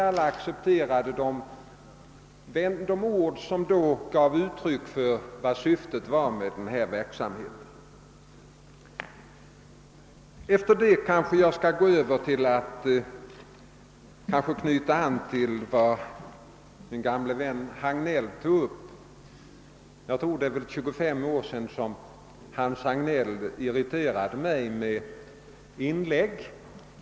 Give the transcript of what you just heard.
Alla accepterade de ord som då gav uttryck för syftet med denna verksamhet. Efter denna inledning skall jag knyta an till det ämne min gamle vän Hans Hagnell tog upp. Jag tror att det är 25 år sedan han irriterade mig med ett inlägg.